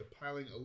piling